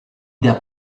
der